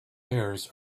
pears